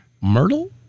Myrtle